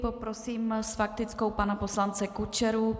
Poprosím s faktickou pana poslance Kučeru.